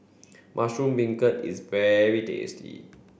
Mushroom Beancurd is very tasty